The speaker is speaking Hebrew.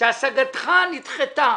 שהשגתך נדחתה.